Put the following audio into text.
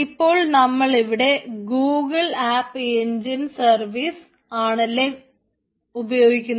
ഇപ്പോൾ നമ്മളിവിടെ Google app engine service ആണല്ലേ ഉപയോഗിക്കുന്നത്